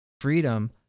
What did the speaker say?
Freedom